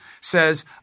says